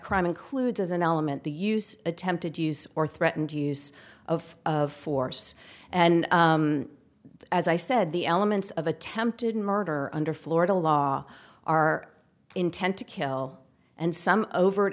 crime includes as an element the use attempted use or threatened use of of force and as i said the elements of attempted murder under florida law are intent to kill and some overt